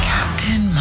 Captain